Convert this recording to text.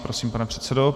Prosím, pane předsedo.